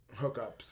hookups